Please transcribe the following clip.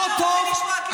לא טוב,